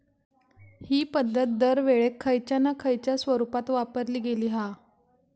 हि पध्दत दरवेळेक खयच्या ना खयच्या स्वरुपात वापरली गेली हा